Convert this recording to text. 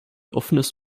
offenes